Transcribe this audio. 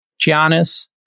Giannis